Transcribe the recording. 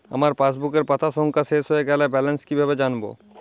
আমার পাসবুকের পাতা সংখ্যা শেষ হয়ে গেলে ব্যালেন্স কীভাবে জানব?